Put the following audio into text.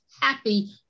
happy